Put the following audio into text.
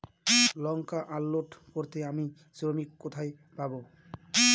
লঙ্কা unload করতে আমি শ্রমিক কোথায় পাবো?